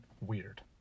weird